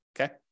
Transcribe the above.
okay